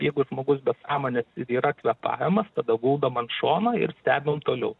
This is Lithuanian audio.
jeigu žmogus be sąmonės yra kvėpavimas tada guldom ant šono ir stebim toliau